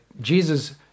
Jesus